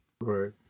Right